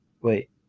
Wait